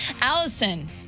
Allison